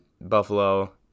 Buffalo